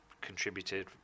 contributed